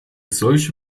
solche